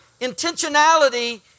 Intentionality